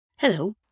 Hello